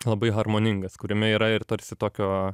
labai harmoningas kuriame yra ir tarsi tokio